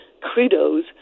credos